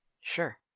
Sure